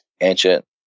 ancient